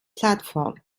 platform